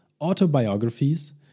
autobiographies